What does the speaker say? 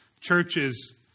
churches